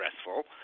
stressful